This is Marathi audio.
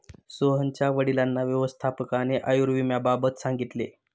सोहनच्या वडिलांना व्यवस्थापकाने आयुर्विम्याबाबत सांगितले